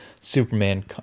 superman